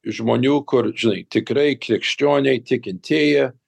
žmonių kur žinai tikrai krikščioniai tikintieji